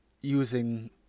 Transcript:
using